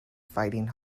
fighting